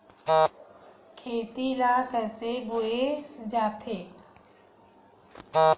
खेती ला कइसे बोय जाथे?